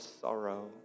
sorrow